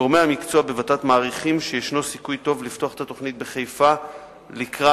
גורמי המקצוע בות"ת מעריכים שיש סיכוי טוב לפתוח את התוכנית בחיפה לקראת